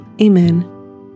Amen